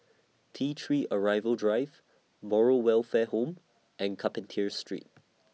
T three Arrival Drive Moral Welfare Home and Carpenter Street